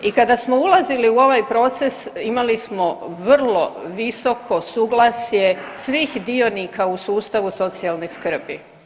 I kada smo ulazili u ovaj proces imali smo vrlo visoko suglasje svih dionika u sustavu socijalne skrbi.